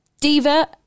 Diva